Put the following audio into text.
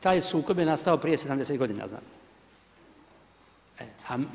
Taj sukob je nastao prije 70 godina, znate.